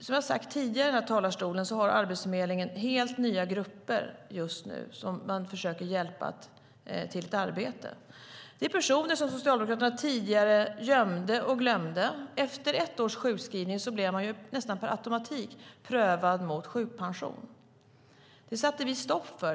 Som jag har sagt tidigare i talarstolen har Arbetsförmedlingen just nu helt nya grupper som man försöker hjälpa till ett arbete. Det är personer som Socialdemokraterna tidigare gömde och glömde. Efter ett års sjukskrivning blev man nästan per automatik prövad mot sjukpension. Det satte vi stopp för.